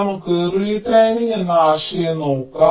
നമുക്ക് റിടൈമിങ് എന്ന ആശയം നോക്കാം